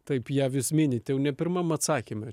taip ją vis minit jau ne pirmam atsakyme